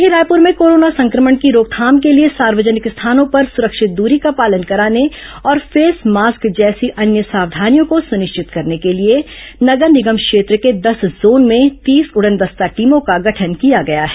वहीं रायपुर में कोरोना संक्रमण की रोकथाम के लिए सार्वजनिक स्थानों पर सुरक्षित दूरी का पालन कराने और फेसमास्क जैसी अन्य सावधानियों को सनिश्चित करने के लिए नगर निगम क्षेत्र के दस जोन में तीस उडनदस्ता टीमों का गठन किया गया है